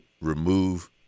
remove